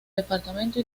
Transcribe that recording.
departamento